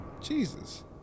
Jesus